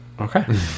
Okay